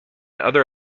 other